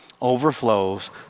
overflows